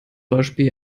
beispiel